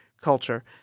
culture